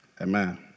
Amen